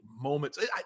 moments